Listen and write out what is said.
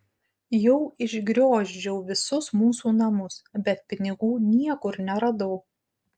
jau išgriozdžiau visus mūsų namus bet pinigų niekur neradau